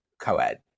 co-ed